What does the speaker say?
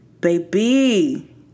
baby